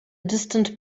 distant